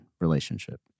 relationship